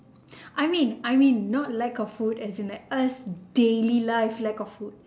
I mean I mean not lack of food as in like us daily life lack of food